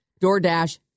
DoorDash